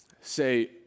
say